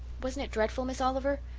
wasn't it dreadful, miss oliver?